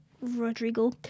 Rodrigo